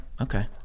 Okay